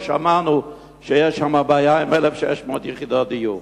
ששם שמענו שיש בעיה עם 1,600 יחידות דיור,